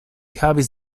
havis